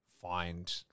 find